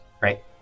Right